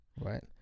right